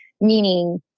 meaning